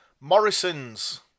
Morrison's